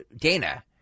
Dana